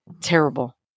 terrible